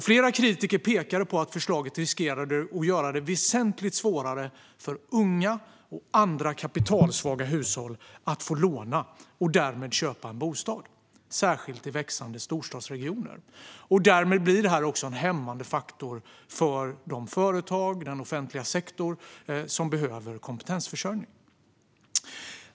Flera kritiker pekade på att förslaget riskerade att göra det väsentligt svårare för unga och andra kapitalsvaga hushåll att få låna och därmed köpa en bostad, särskilt i växande storstadsregioner. Detta blir en hämmande faktor för företag och den offentliga sektorn, som behöver kompetensförsörjning.